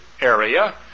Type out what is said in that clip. area